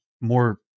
more